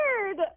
weird